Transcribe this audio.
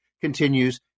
continues